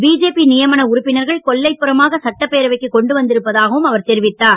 BJP நியமன உறுப்பினர்கள் கொல்லைப்புறமாக சட்டப்பேரவைக்குக் கொண்டு வந்திருப்பதாகவும் அவர் தெரிவித்தார்